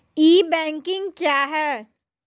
ई banking क्या हैं?